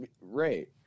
right